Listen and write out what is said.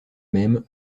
même